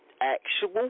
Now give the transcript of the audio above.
actual